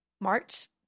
March